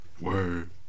Word